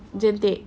jentik